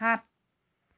সাত